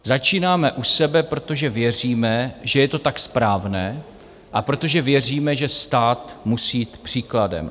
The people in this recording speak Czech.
Začínáme u sebe, protože věříme, že je to tak správné, a protože věříme, že stát musí jít příkladem.